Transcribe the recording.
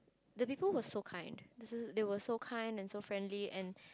the people was so kind they were so kind and so friendly and